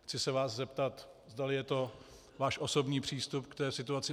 Chci se vás zeptat, zdali je to váš osobní přístup k situaci.